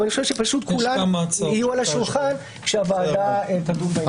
אבל אני חושב שכולם יהיו על השולחן כשהוועדה תדון בעניין הזה.